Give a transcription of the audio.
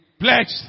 pledged